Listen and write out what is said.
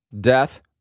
death